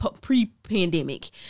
pre-pandemic